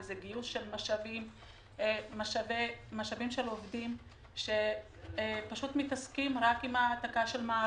וזה גיוס של משאבים של עובדים שפשוט מתעסקים רק עם העתקת מערכות,